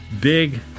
big